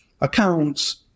accounts